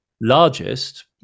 largest